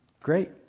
great